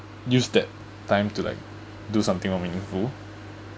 use that time to like do something of meaningful